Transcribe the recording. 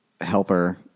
helper